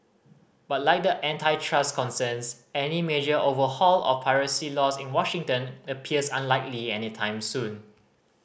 but like the trust concerns any major overhaul of privacy law in Washington appears unlikely anytime soon